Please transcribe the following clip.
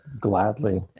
gladly